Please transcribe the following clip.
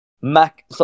Mac